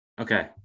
Okay